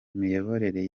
imiyoborere